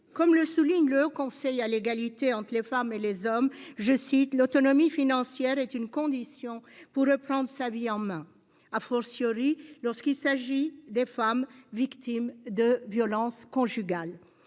comme le souligne le Haut Conseil à l'égalité entre les femmes et les hommes, « l'autonomie financière est une condition pour reprendre sa vie en main ». J'ajoute : lorsqu'il s'agit des femmes victimes de violences conjugales.